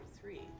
three